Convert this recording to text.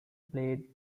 played